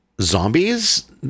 zombies